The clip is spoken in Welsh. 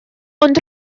ond